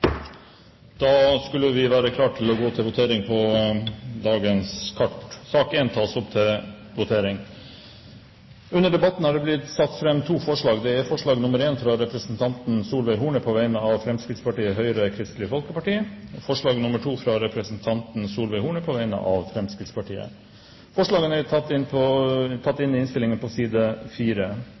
Da skulle vi være klare til å votere over sakene på dagens kart. Under debatten har det blitt satt fram to forslag. Det er forslag nr. 1, fra Solveig Horne på vegne av Fremskrittspartiet, Høyre og Kristelig Folkeparti forslag nr. 2, fra Solveig Horne på vegne av Fremskrittspartiet Forslaget blir i samsvar med forretningsordenens § 30 fjerde ledd ført opp på dagsordenen som egen sak i